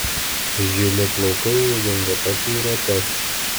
žili plaukai uždengė tatuiruotes